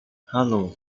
halo